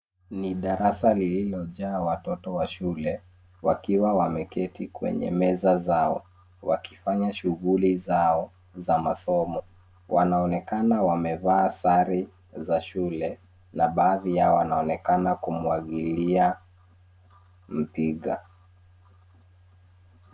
Ni darasa lililojaa watoto wa shule wakiwa wameketi kwenye meza za mbao wakifanya shuguli zao za masomo. wanaonekana wamevaa sare za shule na baadhi yao wanaonekana kumwagilia mpiga.